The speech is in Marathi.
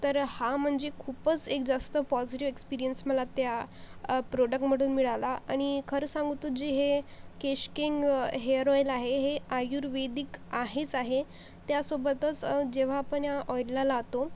तर हा म्हणजे खूपच एक जास्त पॉझिटिव्ह एक्सपिरियन्स मला त्या प्रोडक्टमधून मिळाला आणि खरं सांगू तर जे हे केशकिंग हेयर ऑईल आहे हे आयुर्वेदिक आहेच आहे त्यासोबतच जेव्हा आपण ह्या ऑईलला लावतो